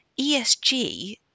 ESG